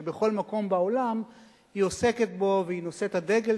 שבכל מקום בעולם היא עוסקת בו והיא נושאת הדגל